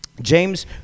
James